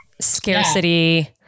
scarcity